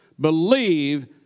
believe